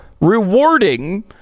rewarding